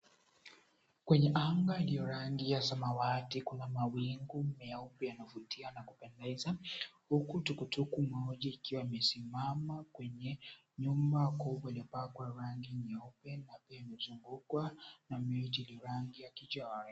Kwenye anga iliyo ya samawati kuna mawingu meupe yanavutia na kupendeza, huku tuktuk moja ikiwa imesimama kwenye nyumba iliyo pakwa rangi nyeupe na imezungukwa na miti ya rangi ya kijani.